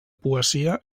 poesia